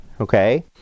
okay